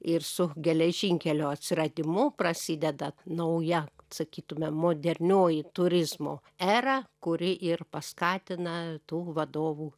ir su geležinkelio atsiradimu prasideda nauja sakytume modernioji turizmo era kuri ir paskatina tų vadovų